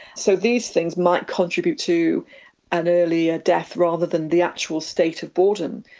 so these things might contribute to an earlier death rather than the actual state of boredom.